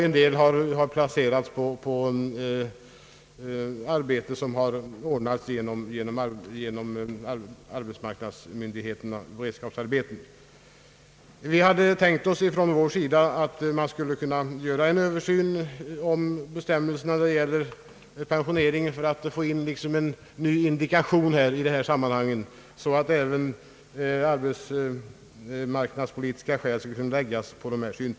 En del har placerats på beredskapsarbeten, vilka anordnats genom arbetsmarknadsmyndigheternas försorg. Vi hade tänkt oss att man skulle kunna göra en översyn bestämmelserna om pensionering för att få in en ny indikation i detta sammanhang så att även arbetsmarknadspolitiska synpunkter kan läggas på detta problem.